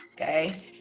okay